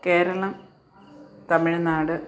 Keralam Tamil Nadu